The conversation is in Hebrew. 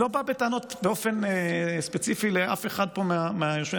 אני לא בא בטענות באופן ספציפי לאף אחד מהיושבים פה,